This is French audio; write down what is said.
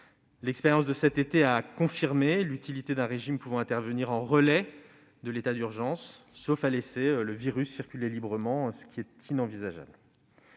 L'expérience de cet été a confirmé l'utilité d'un régime pouvant prendre le relais de l'état d'urgence, faute de quoi on laisserait le virus circuler librement, ce qui est inenvisageable.